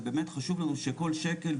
ובאמת חשוב לנו שכל שקל,